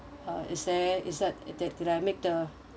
uh is there is that did did I make the